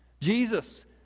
Jesus